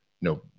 no